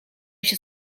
się